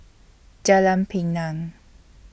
Jalan Pinang